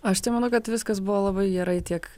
aš tai manau kad viskas buvo labai gerai tiek